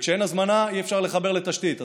כשאין הזמנה אי-אפשר לחבר לתשתית,